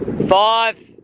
five.